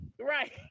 right